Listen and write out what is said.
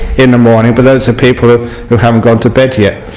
in the morning but those are people who hadn't gone to bed yet